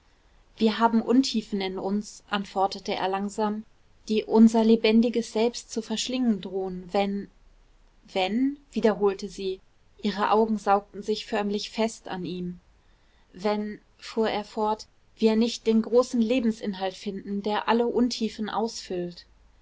wir haben untiefen in uns antwortete er langsam die unser lebendiges selbst zu verschlingen drohen wenn wenn wiederholte sie ihre augen saugten sich förmlich fest an ihm wenn fuhr er fort wir nicht den großen lebensinhalt finden der alle untiefen ausfüllt